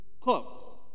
Close